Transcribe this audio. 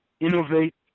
innovate